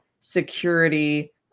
Security